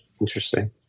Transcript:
Interesting